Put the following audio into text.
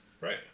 Right